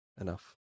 enough